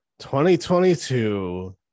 2022